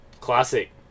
Classic